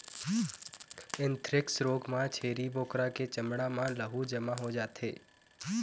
anthrax रोग म छेरी बोकरा के चमड़ा म लहू जमा हो जाथे